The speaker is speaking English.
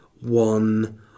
one